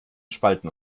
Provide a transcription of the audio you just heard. spalten